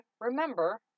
remember